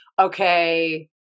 okay